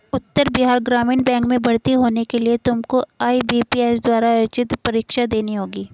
उत्तर बिहार ग्रामीण बैंक में भर्ती होने के लिए तुमको आई.बी.पी.एस द्वारा आयोजित परीक्षा देनी होगी